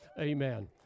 Amen